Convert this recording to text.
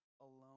alone